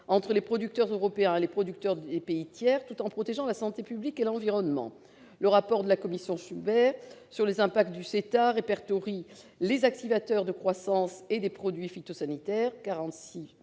entre les producteurs européens et les producteurs des pays tiers, tout en protégeant la santé publique et l'environnement. Le rapport de la commission Schubert sur les impacts du CETA répertorie les activateurs de croissance et les produits phytosanitaires-